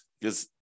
because-